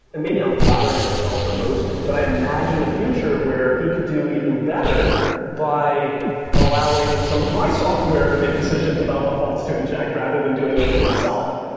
and maybe i'm flattering myself or boasting, but i imagine a future where he could do even better by allowing some of my software to make decisions about what faults to inject rather than doing it himself,